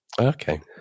okay